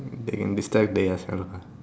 they can destruct their self ah